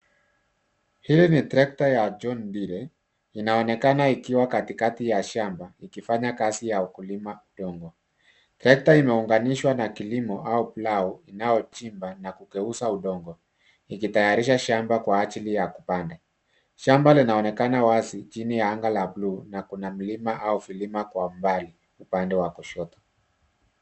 Hii ni trekta ya John Deere inayoonekana ikiwa katikati ya shamba ikifanya kazi ya kulima udongo. Trekta imeunganishwa na kilimo au plough inayochimba na kugeuza udongo ikitayarisha shamba kwa ajili ya kupanda. Shamba linaonekana wazi chini ya anga la bluu na kuna milima au vilima kwa umbali upande wa kushoto.